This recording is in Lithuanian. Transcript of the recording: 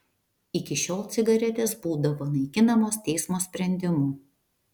iki šiol cigaretės būdavo naikinamos teismo sprendimu